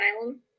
asylum